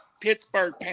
Pittsburgh –